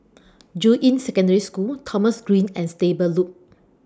Juying Secondary School Thomson Green and Stable Loop